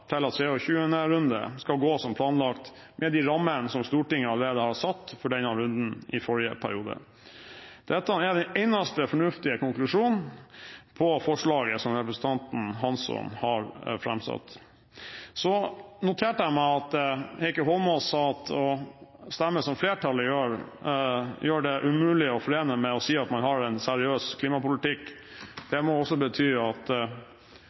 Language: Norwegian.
til at 23. runde skal gå som planlagt, med de rammene som Stortinget allerede har satt for denne runden i forrige periode. Dette er den eneste fornuftige konklusjonen på det forslaget som representanten Hansson har framsatt. Så noterte jeg meg at Heikki Eidsvoll Holmås sa at det å stemme som flertallet gjør, er umulig å forene med at man har en seriøs klimapolitikk. Det må jo også bety at